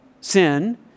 sin